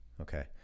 Okay